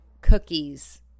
cookies